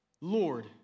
Lord